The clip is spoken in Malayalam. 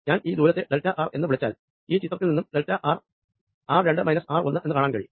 ഞാൻ ഈ ദൂരത്തെ ഡെൽറ്റ ആർ എന്ന് വിളിച്ചാൽ ഈ ചിത്രത്തിൽ നിന്നും ഡെൽറ്റ ആർ ആർ രണ്ട മൈനസ് ആർ ഒന്ന് എന്ന കാണാൻ കഴിയും